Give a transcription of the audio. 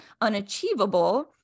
unachievable